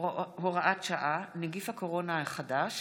(הוראת שעה, נגיף הקורונה החדש),